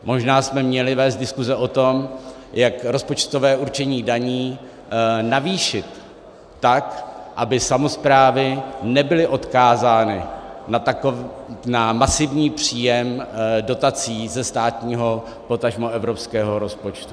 Možná jsme měli vést diskuse o tom, jak rozpočtové určení daní navýšit tak, aby samosprávy nebyly odkázány na masivní příjem dotací ze státního, potažmo evropského rozpočtu.